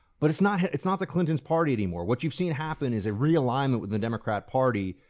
but it's not it's not the clintons' party anymore. what you've seen happen is a realignment with the democrat party.